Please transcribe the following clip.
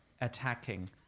attacking